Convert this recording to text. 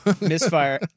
Misfire